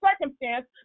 circumstance